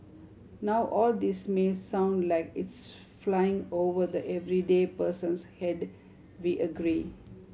now all this may sound like it's flying over the everyday person's head we agree